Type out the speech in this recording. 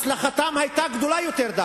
הצלחתם דווקא היתה גדולה יותר.